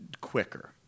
quicker